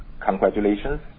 congratulations